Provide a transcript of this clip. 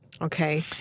Okay